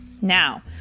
Now